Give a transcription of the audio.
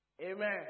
amen